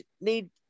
need